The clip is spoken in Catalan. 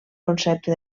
concepte